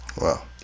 Wow